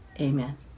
Amen